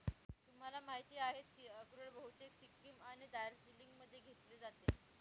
तुम्हाला माहिती आहेच की अक्रोड बहुतेक सिक्कीम आणि दार्जिलिंगमध्ये घेतले जाते